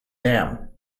dam